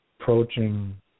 approaching